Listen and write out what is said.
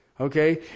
okay